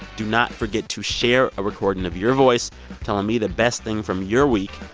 do not forget to share a recording of your voice telling me the best thing from your week.